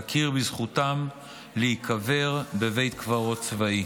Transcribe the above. תכיר בזכותם להיקבר בבית קברות צבאי.